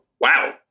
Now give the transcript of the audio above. wow